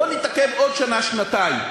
בואו נתעכב עוד שנה-שנתיים.